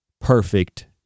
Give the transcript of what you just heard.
perfect